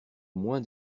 moins